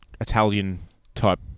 Italian-type